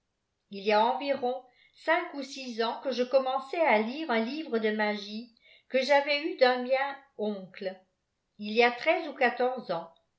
il y a environ cinq ou six ans que je commençais à lire un livre de magie que j'avais eu d'xm mient uide fl y a treize ou quatorze ans